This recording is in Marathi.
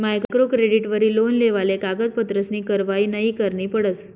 मायक्रो क्रेडिटवरी लोन लेवाले कागदपत्रसनी कारवायी नयी करणी पडस